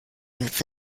with